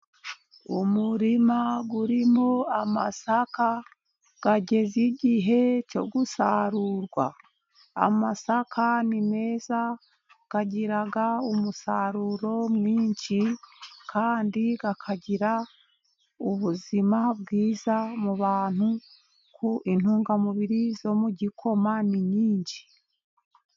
umurima urimo amasaka ageze igihe cyo gusarurwa. Amasaka ni meza, agira umusaruro mwinshi, kandi akagira ubuzima bwiza mu bantu, ku intungamubiri zo mu gikoma ni nyinshi.